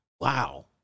Wow